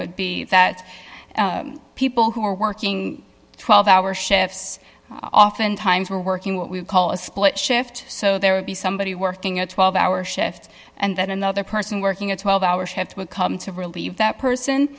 would be that people who were working twelve hour shifts oftentimes were working what we call a split shift so there would be somebody working a twelve hour shift and then another person working a twelve hour shift would come to relieve that person